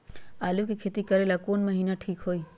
आलू के खेती करेला कौन महीना ठीक होई?